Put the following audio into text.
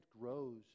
grows